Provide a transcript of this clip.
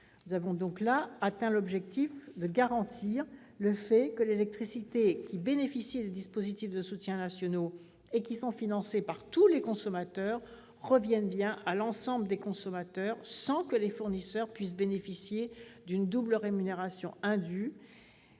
Nous avons donc atteint là l'objectif de garantir que l'électricité bénéficiant des dispositifs de soutien nationaux, qui sont financés par tous les consommateurs, profite bien à l'ensemble des consommateurs, sans que les fournisseurs puissent bénéficier d'une double rémunération indue.